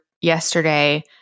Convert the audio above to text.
yesterday